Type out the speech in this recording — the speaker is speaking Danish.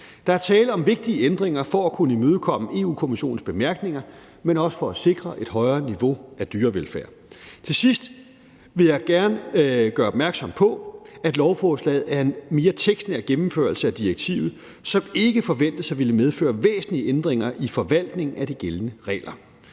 Der er tale om vigtige ændringer for at kunne imødekomme Europa-Kommissionens bemærkninger, men også for at sikre et højere niveau af dyrevelfærd. Til sidst vil jeg gerne gøre opmærksom på, at lovforslaget er en mere tekstnær gennemførelse af direktivet, som ikke forventes at ville medføre væsentlige ændringer i forvaltningen af de gældende regler,